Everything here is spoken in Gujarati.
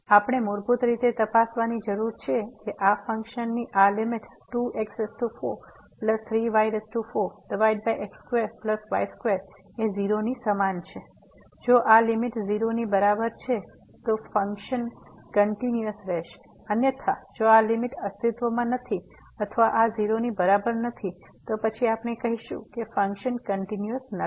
તેથી આપણે મૂળભૂત રીતે તપાસવાની જરૂર છે કે આ ફંક્શનની અહીં આ લીમીટ 2x43y4x2y2 0 ની સમાન છે જો આ લીમીટ 0 ની બરાબર છે તો ફંક્શન કંટીન્યુઅસ રહેશે અન્યથા જો આ લીમીટ અસ્તિત્વમાં નથી અથવા આ 0 ની બરાબર નથી તો પછી આપણે કહીશું કે ફંક્શન કંટીન્યુઅસ નથી